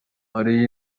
hariho